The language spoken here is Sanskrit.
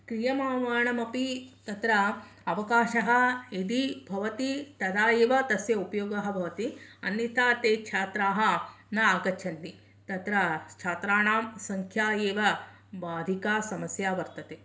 क्रियमाणम् अपि तत्र अवकाशः यदि भवति तदा एव तस्य उपयोगः भवति अन्यथा ते छात्राः न आगच्छन्ति तत्र च्छात्रानां संख्या एव अधिका समस्या वर्तते